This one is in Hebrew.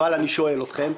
אבל אני שואל אתכם,